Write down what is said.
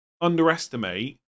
underestimate